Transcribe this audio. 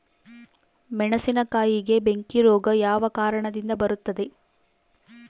ಮೆಣಸಿನಕಾಯಿಗೆ ಬೆಂಕಿ ರೋಗ ಯಾವ ಕಾರಣದಿಂದ ಬರುತ್ತದೆ?